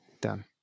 done